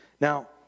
Now